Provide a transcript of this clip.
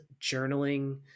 journaling